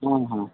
ହଁ ହଁ